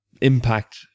impact